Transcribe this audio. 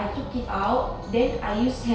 I keep it out they are used